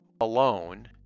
alone